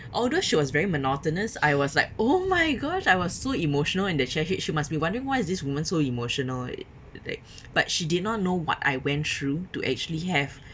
although she was very monotonous I was like oh my gosh I was so emotional and eccentric she must be wondering why is this woman so emotional but she did not know what I went through to actually have